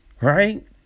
Right